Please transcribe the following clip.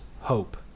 hope